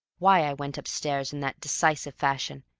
why i went upstairs in that decisive fashion,